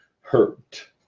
hurt